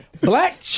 Black